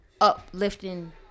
uplifting